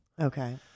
okay